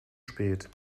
spät